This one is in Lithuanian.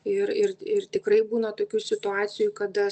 ir ir ir tikrai būna tokių situacijų kada